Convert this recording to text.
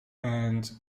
and